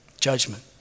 judgment